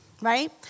right